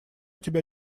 тебя